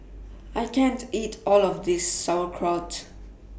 I can't eat All of This Sauerkraut